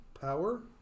power